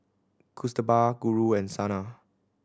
Kasturba Guru and Saina